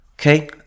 okay